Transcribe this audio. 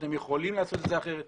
אתם יכולים לעשות את זה אחרת,